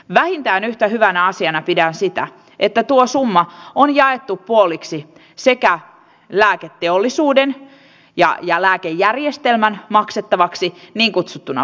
vähintään yhtä hyvänä asiana pidän sitä että tuo summa oli jaettu puoliksi sekä lääketeollisuuden ja ja lääkejärjestelmän maksettavaksi niin kutsuttuna